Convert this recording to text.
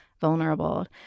vulnerable